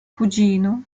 cugino